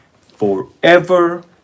forever